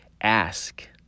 ask